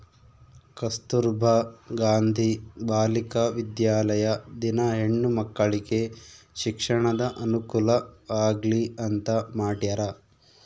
ಕಸ್ತುರ್ಭ ಗಾಂಧಿ ಬಾಲಿಕ ವಿದ್ಯಾಲಯ ದಿನ ಹೆಣ್ಣು ಮಕ್ಕಳಿಗೆ ಶಿಕ್ಷಣದ ಅನುಕುಲ ಆಗ್ಲಿ ಅಂತ ಮಾಡ್ಯರ